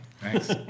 Thanks